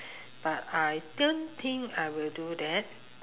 but I don't think I will do that